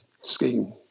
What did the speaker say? scheme